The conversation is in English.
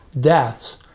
deaths